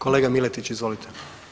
Kolega Miletić, izvolite.